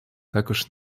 також